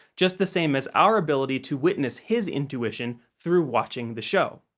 just the same as our ability to witness his intuition through watching the show.